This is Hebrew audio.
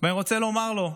ואני רוצה לומר לו: